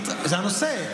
זה הנושא.